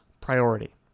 priority